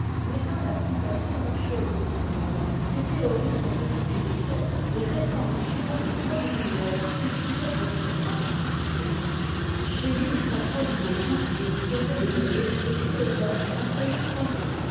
mais dans l'application aux choses de ce monde ces théories sont très spirituettes et répandent souvent de grandes lumières sur plusieurs objets en particulier schelling s'approche beaucoup on ne saurait e nier des philosophes appelés